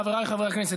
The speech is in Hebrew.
חבריי חברי הכנסת,